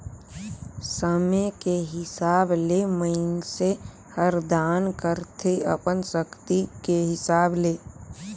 समे के हिसाब ले मइनसे हर दान करथे अपन सक्ति के हिसाब ले